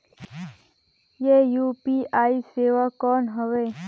ये यू.पी.आई सेवा कौन हवे?